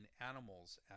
animals